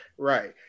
Right